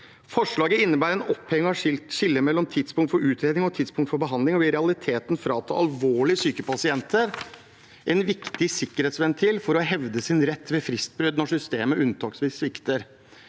«Forslaget innebærer en oppheving av skillet mellom tidspunkt for utredning og tidspunkt for behandling, og vil i realiteten frata alvorlig syke pasienter en viktig sikkerhetsventil for å hevde sin rett ved fristbrudd når systemet unntaksvis svikter.